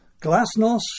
Glasnost